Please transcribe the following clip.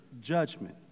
judgment